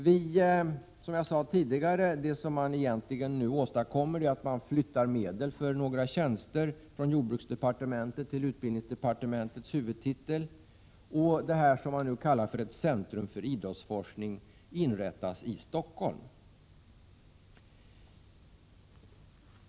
Vad man nu åstadkommer är egentligen att man flyttar medel för några tjänster från jordbruksdepartementets till utbildningsdepartementets huvudtitel och att det som man kallar för ett centrum för idrottsforskning inrättas i Stockholm.